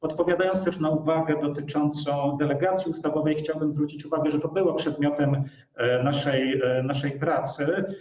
Odpowiadając też na uwagę dotyczącą delegacji ustawowej, chciałbym zwrócić uwagę, że to było przedmiotem naszej pracy.